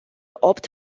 opt